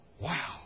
Wow